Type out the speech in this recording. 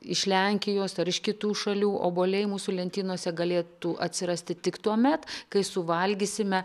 iš lenkijos ar iš kitų šalių obuoliai mūsų lentynose galėtų atsirasti tik tuomet kai suvalgysime